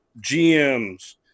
GMs